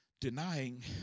Denying